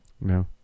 No